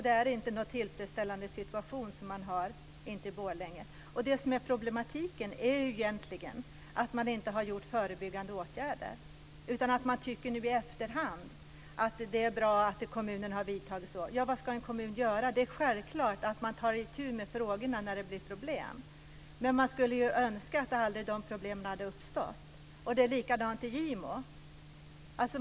Det är inte någon tillfredsställande situation som man har i Borlänge. Det som är problemet är egentligen att det inte har vidtagits förebyggande åtgärder. Man tycker nu i efterhand att det är bra att kommunen har vidtagit åtgärder. Ja, vad ska en kommun göra? Det är självklart att man tar itu med frågorna när det blir problem. Men man skulle önska att de problemen aldrig hade uppstått. Det är likadant i Gimo.